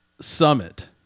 Summit